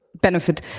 benefit